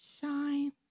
shine